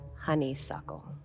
honeysuckle